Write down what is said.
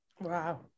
wow